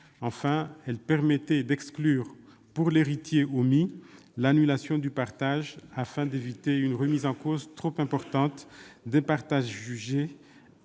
Enfin, elles permettaient d'exclure, pour l'héritier omis, l'annulation du partage, afin d'éviter une remise en cause trop importante des partages jugés,